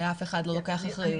שאף אחד לא לוקח אחריות.